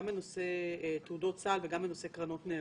לנושא תעודות סל וגם לנושא קרנות נאמנות.